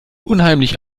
unheimlich